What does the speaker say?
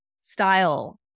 style